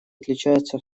отличаются